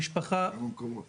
המשפחה- -- כמה מקומות כאלה יש?